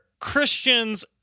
Christians